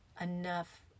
enough